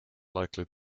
likely